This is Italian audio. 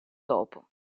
dopo